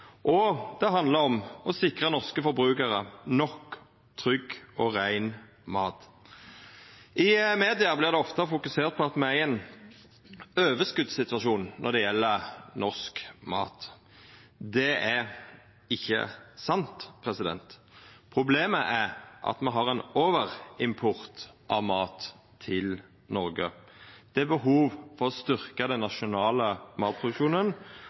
landet. Det handlar òg om å sikra norske forbrukarar nok trygg og rein mat. I media fokuserer ein ofte på at me er i ein overskotssituasjon når det gjeld norsk mat. Det er ikkje sant. Problemet er at me har ein overimport av mat til Noreg. Det er behov for å styrkja den nasjonale matproduksjonen,